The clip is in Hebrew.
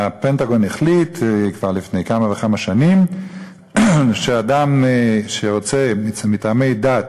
הפנטגון החליט כבר לפני כמה וכמה שנים שאדם שרוצה מטעמי דת